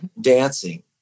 dancing